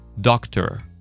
doctor